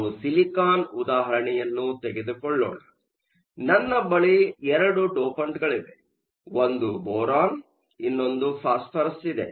ನಾವು ಸಿಲಿಕಾನ್ ಉದಾಹರಣೆಯನ್ನು ತೆಗೆದುಕೊಳ್ಳೋಣ ನನ್ನ ಬಳಿ 2 ಡೋಪಂಟ್ಗಳಿವೆ ಒಂದು ಬೋರಾನ್ ಇನ್ನೊಂದು ಫಾಸ್ಪರಸ್ ಇದೆ